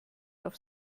auf